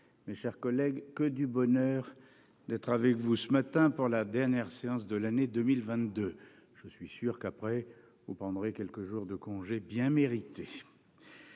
mes chers collègues, je n'ai que du bonheur à être avec vous ce matin pour la dernière séance de l'année 2022. Je suis sûr que vous prendrez ensuite quelques jours de congé bien mérités.